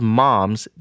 mom's